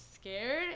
scared